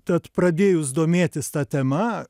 tad pradėjus domėtis ta tema